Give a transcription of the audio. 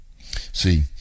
See